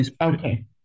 Okay